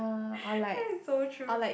like so true